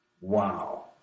Wow